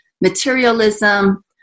materialism